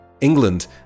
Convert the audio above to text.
England